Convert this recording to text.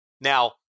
Now